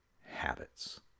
habits